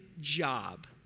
job